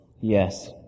Yes